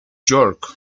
york